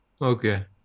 Okay